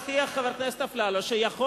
אדוני, חבר הכנסת אפללו.